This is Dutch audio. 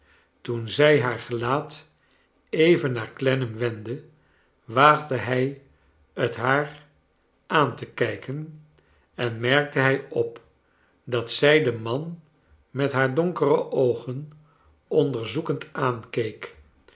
toen zij haar gelaat even naar clennam wendde waagde hij t haar aan te kijken en merkte hij op dat zij den man met haar donkere oogen onderzoekend aankeek